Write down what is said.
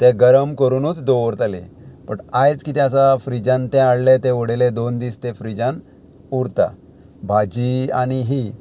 तें गरम करुनूच दवरताले बट आयज कितें आसा फ्रिजान तें हाडलें तें उडयलें दोन दीस ते फ्रिजान उरता भाजी आनी ही